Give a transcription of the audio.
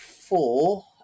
four